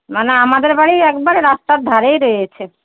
মানে আমাদের বাড়ি একবারে রাস্তার ধারে রয়েছে